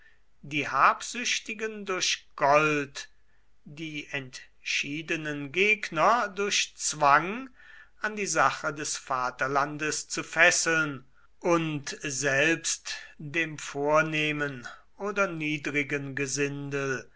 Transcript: die habsüchtigen durch gold die entschiedenen gegner durch zwang an die sache des vaterlandes zu fesseln und selbst dem vornehmen oder niedrigen gesindel